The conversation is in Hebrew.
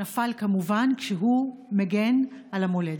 נפל כמובן כשהוא מגן על המולדת.